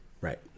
Right